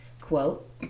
quote